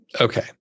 Okay